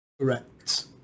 Correct